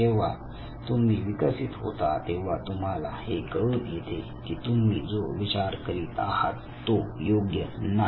जेव्हा तुम्ही विकसित होता तेव्हा तुम्हाला हे कळून येते की तुम्ही जो विचार करीत आहात तो योग्य नाही